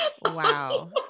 Wow